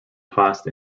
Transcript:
past